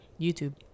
YouTube